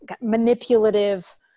manipulative